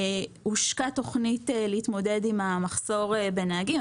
אכן הושקה תוכנית להתמודד עם המחסור בנהגים,